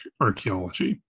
archaeology